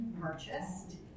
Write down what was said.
purchased